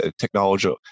technology